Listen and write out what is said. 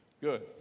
Good